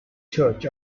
church